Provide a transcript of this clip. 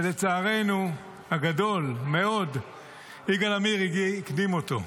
ולצערנו הגדול מאוד יגאל עמיר הקדים אותו,